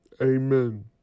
Amen